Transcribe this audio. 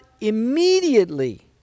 immediately